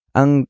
ang